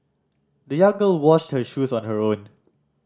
the young girl washed her shoes on her own